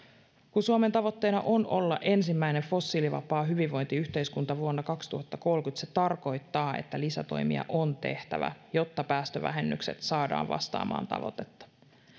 kun suomen tavoitteena on olla ensimmäinen fossiilivapaa hyvinvointiyhteiskunta vuonna kaksituhattakolmekymmentä se tarkoittaa että lisätoimia on tehtävä jotta päästövähennykset saadaan vastaamaan tavoitetta